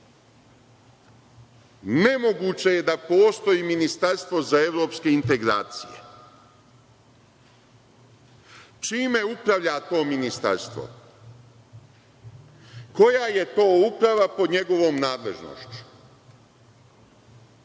sazdana. Nemoguće je da postoji ministarstvo za evropske integracije. Čime upravlja to ministarstvo? Koja je to uprava pod njegovom nadležnošću?